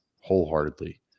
wholeheartedly